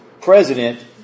president